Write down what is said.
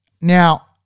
Now